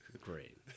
great